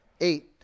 eight